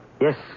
yes